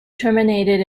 terminated